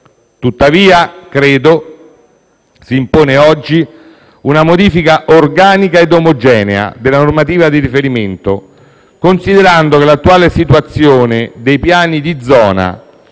Tuttavia, credo che si imponga oggi una modifica organica e omogenea della normativa di riferimento, considerando che l'attuale situazione dei piani di zona